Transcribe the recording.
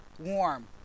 warm